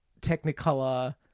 technicolor